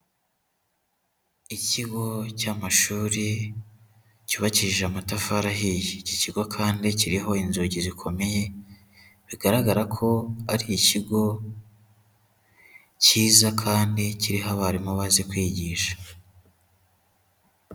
Ikigo cy'amashuri cyubakishije amatafari ahiye. Iki kigo kandi kiriho inzugi zikomeye, bigaragara ko ari ikigo cyiza kandi kiriho abarimu bazi kwigisha.